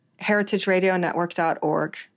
heritageradionetwork.org